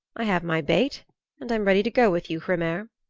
i have my bait and i'm ready to go with you, hrymer,